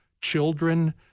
Children